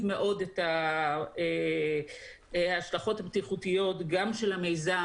מאוד את ההשלכות הבטיחותיות גם של המיזם